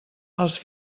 els